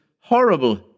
horrible